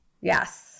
Yes